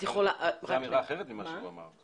זו אמירה אחרת ממה שהוא אמר.